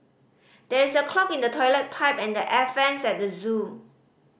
there is a clog in the toilet pipe and the air vents at the zoo